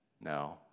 No